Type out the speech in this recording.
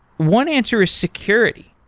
one answer is security.